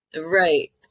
right